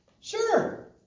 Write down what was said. Sure